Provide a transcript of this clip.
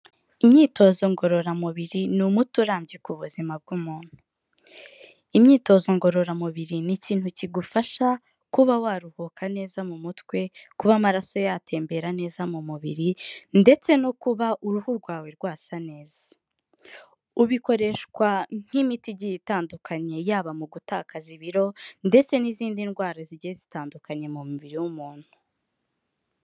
Imyitozo ngororamubiri ni umuti urambye ku buzima bw'umuntu. Imyitozo ngororamubiri ni ikintu kigufasha kuba waruhuka neza mu mutwe, kuba amaraso yatembera neza mu mubiri ndetse no kuba uruhu rwawe rwasa neza, ubikoreshwa nk'imiti igiye itandukanye yaba mu gutakaza ibiro ndetse n'izindi ndwara zigiye zitandukanye mu mubiri w'umuntu.